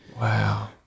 Wow